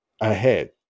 ahead